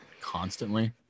constantly